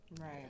Right